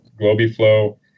Globiflow